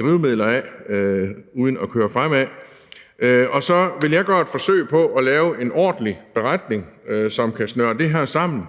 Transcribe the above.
drivmidler af uden at køre fremad. Og så vil jeg gøre et forsøg på at lave en ordentlig beretning, som kan snøre det her sammen